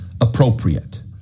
appropriate